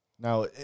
Now